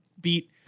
beat